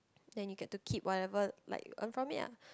then you get to keep whatever like you earn from it lah